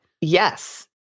Yes